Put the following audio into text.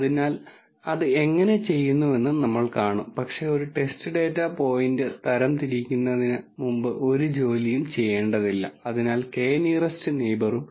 ഒരു ലേബൽ നമുക്ക് c1 എന്ന് പറയാം c എന്ന പദം ഉപയോഗിക്കുന്നത് എന്തുകൊണ്ടെന്ന് ഞാൻ വിശദീകരിക്കാം c എന്നത് ഈ ഡാറ്റ ഉൾപ്പെടുന്ന ക്ലാസിനെ സൂചിപ്പിക്കുന്നു തുടർന്ന് അതേ ആട്രിബ്യൂട്ടുകളുള്ള ഡാറ്റയുടെ മറ്റൊരു ബ്ലോക്ക് c2 എന്ന് ലേബൽ ചെയ്തേക്കാം